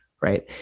right